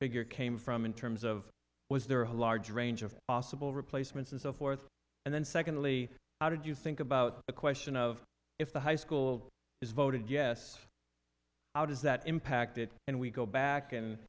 figure came from in terms of was there a large range of possible replacements and so forth and then secondly how did you think about the question of if the high school is voted yes how does that impacted and we go back and